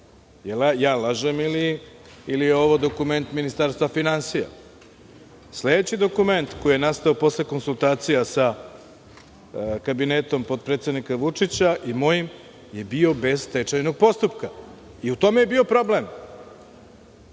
ja lažem ili ovo je dokument Ministarstva finansija? Sledeći dokument koji je nastao posle konsultacija sa kabinetom potpredsednika Vučića i mojim je bio bez stečajnog postupka i u tome je bio problem. Kada